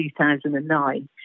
2009